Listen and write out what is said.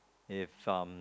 if some